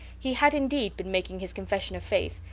he had indeed been making his confession of faith,